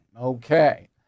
Okay